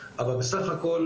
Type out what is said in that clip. אבל בסך הכל